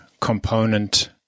component